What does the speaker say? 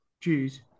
choose